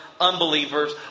unbelievers